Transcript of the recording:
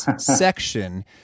section